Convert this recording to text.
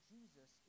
Jesus